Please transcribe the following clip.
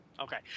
Okay